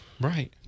Right